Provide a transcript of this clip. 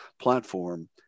platform